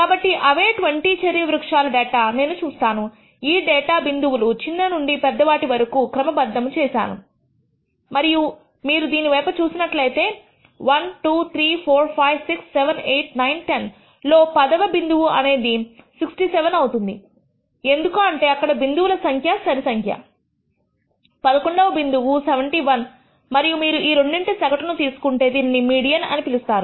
కాబట్టి అవే 20 చెర్రీ వృక్షాలు డేటా నేను చూస్తాను ఈ డేటా బిందువులను చిన్ననుండి పెద్దవాటి వరకు క్రమబద్ధము చేశాను మరియు మీరు దీని వైపు చూసినట్లయితే 12345678910 లో పదవ బిందువు అనేది 67 అవుతుంది ఎందుకు అంటే అక్కడ బిందువుల సంఖ్య సరిసంఖ్య పదకొండవ బిందువు 71 మరియు మీరు ఈ రెండింటి సగటును తీసుకుంటే దీనిని మీడియన్ అని పిలుస్తారు